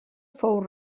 fou